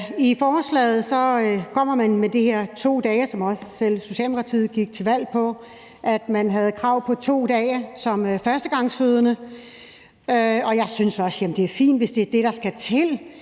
I forslaget kommer man med det her med 2 dage, som også Socialdemokratiet gik til valg på, altså at man skal have krav på 2 dage som førstegangsfødende. Og jeg synes også, at det er fint, hvis det er det, der skal til,